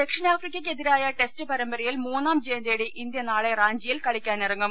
ദക്ഷിണാഫ്രിക്കക്കെതിരായ test പരമ്പരയിൽ മൂന്നാം ജയം തേടി ഇന്ത്യ നാളെ റാഞ്ചിയിൽ കളിക്കാന്നിറങ്ങും